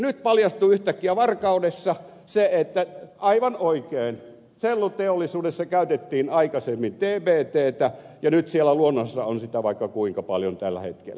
nyt paljastuu yhtäkkiä varkaudessa se että aivan oikein selluteollisuudessa käytettiin aikaisemmin tbttä ja nyt siellä luonnossa on sitä vaikka kuinka paljon tällä hetkellä